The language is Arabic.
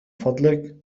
فضلك